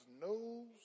knows